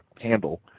handle